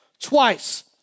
twice